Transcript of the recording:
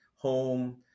home